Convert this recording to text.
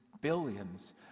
billions